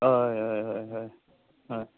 हय हय हय हय हय